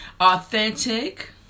Authentic